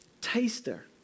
taster